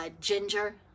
ginger